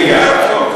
אני גם,